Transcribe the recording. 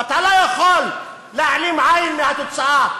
ואתה לא יכול להעלים עין מהתוצאה.